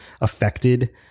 affected